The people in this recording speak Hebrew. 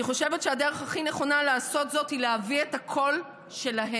אני חושבת שהדרך הכי נכונה לעשות זאת היא להביא את הקול שלהן,